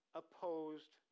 opposed